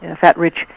fat-rich